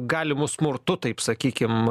galimu smurtu taip sakykim